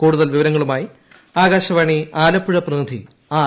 കൂടുതൽ വിവരങ്ങളുമായി ആകാശവാണി ആലപ്പുഴ പ്രതിനിധി ആർ